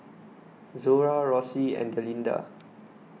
Zora Rossie and Delinda